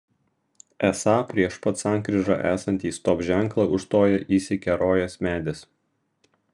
esą prieš pat sankryžą esantį stop ženklą užstoja įsikerojęs medis